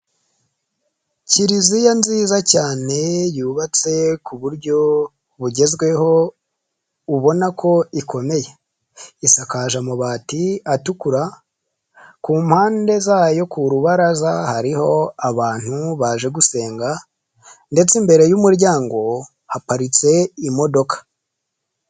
Kiliziya nziza cyane yubatse ku buryo bugezweho ubona ko ikomeye isakaje amabati atukura, ku mpande zayo ku rubaraza hariho abantu baje gusenga ndetse imbere y'umuryango haparitse imodoka.